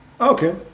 Okay